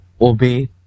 obey